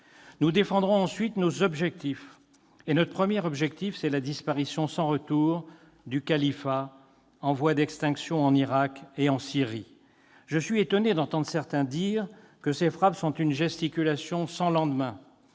Nous défendrons ensuite nos objectifs. Et notre premier objectif, c'est la disparition sans retour du califat, en voie d'extinction en Irak et en Syrie. Je suis étonné d'entendre certains dire que ces frappes sont une gesticulation sans lendemain.